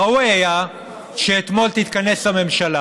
ראוי היה שאתמול תתכנס הממשלה